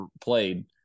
played